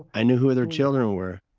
i knew who their children were,